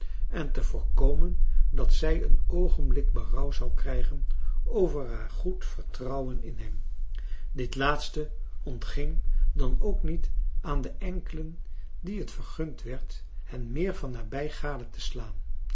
en te voorkomen dat zij een oogenblik berouw zou krijgen over haar goed vertrouwen in hem dit laatste ontging dan ook niet aan de enkelen dien het vergund werd hen meer van nabij gade te slaan